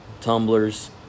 tumblers